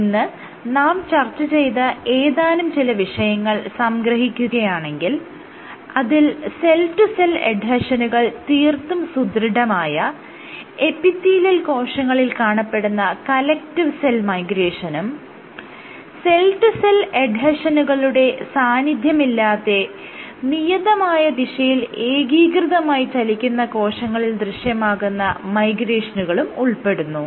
ഇന്ന് നാം ചർച്ച ചെയ്ത ഏതാനും ചില വിഷയങ്ങൾ സംഗ്രഹിക്കുകയാണെങ്കിൽ അതിൽ സെൽ ടു സെൽ എഡ്ഹെഷനുകൾ തീർത്തും സുദൃഢമായ എപ്പിത്തീലിയൽ കോശങ്ങളിൽ കാണപ്പെടുന്ന കലക്ടീവ് സെൽ മൈഗ്രേഷനും സെൽ ടു സെൽ എഡ്ഹെഷനുകളുടെ സാന്നിധ്യമില്ലാതെ നിയതമായ ദിശയിൽ ഏകീകൃതമായി ചലിക്കുന്ന കോശങ്ങളിൽ ദൃശ്യമാകുന്ന മൈഗ്രേഷനുകളും ഉൾപ്പെടുന്നു